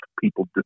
people